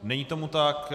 Není tomu tak.